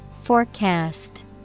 Forecast